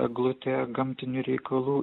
eglute gamtinių reikalų